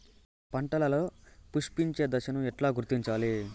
పంటలలో పుష్పించే దశను ఎట్లా గుర్తించాలి?